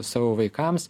savo vaikams